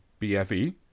BFE